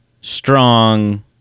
strong